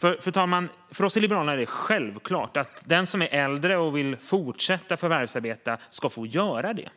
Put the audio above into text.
Fru talman! För oss i Liberalerna är det självklart att den som är äldre och vill fortsätta förvärvsarbeta ska få göra det.